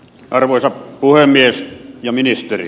arvoisa puhemies ja ministeri